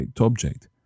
object